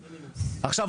עכשיו,